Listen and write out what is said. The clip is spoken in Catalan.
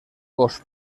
gos